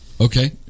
okay